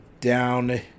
down